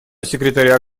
секретаря